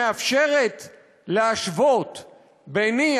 שמאפשרת להשוות ביני,